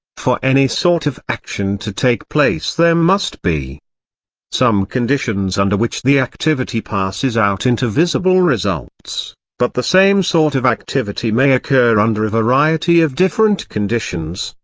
for any sort of action to take place there must be some conditions under which the activity passes out into visible results but the same sort of activity may occur under a variety of different conditions,